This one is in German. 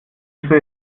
witwe